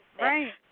right